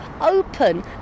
open